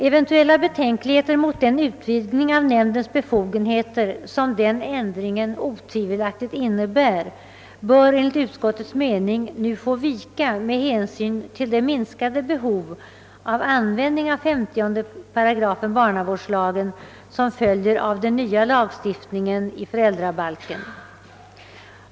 Eventuella betänkligheter mot den utvidgning av nämndens befogenheter som denna ändring otvivelaktigt innebär bör enligt utskottets mening nu få vika med hänsyn till det minskade behov av användning av 50 § barnavårdslagen, som följer av den nya lagstiftningen i 21 kap. föräldrabalken.